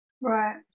Right